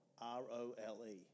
R-O-L-E